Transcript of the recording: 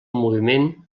moviment